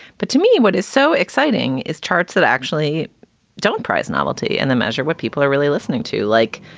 but to me, what is so exciting is charts that actually don't price novelty and the measure what people are really listening to like.